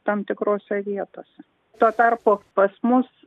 tam tikrose vietose tuo tarpu pas mus